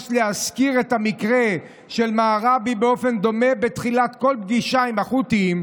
יש להזכיר את המקרה של מראבי באופן דומה בתחילת כל פגישה עם החות'ים,